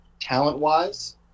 talent-wise